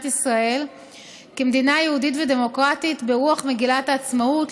ישראל כמדינה יהודית ודמוקרטית ברוח מגילת העצמאות,